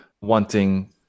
wanting